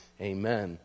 amen